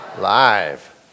Live